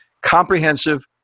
comprehensive